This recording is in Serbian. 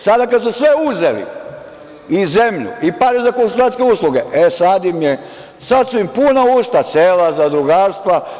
Sada kada su sve uzeli, i zemlju i pare za konsultantske usluge, sada su im puna usta sela, zadrugarstva.